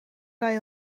bij